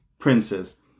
princes